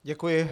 Děkuji.